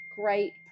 great